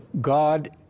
God